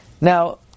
Now